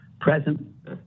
Present